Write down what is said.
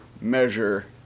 measure